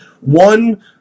one